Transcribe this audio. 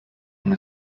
from